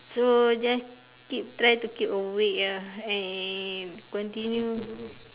so just keep try to keep awake lah and continue